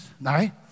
right